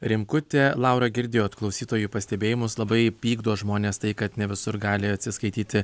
rimkutė laura girdėjot klausytojų pastebėjimus labai pykdo žmones tai kad ne visur gali atsiskaityti